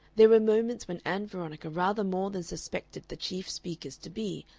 there were moments when ann veronica rather more than suspected the chief speakers to be,